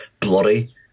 bloody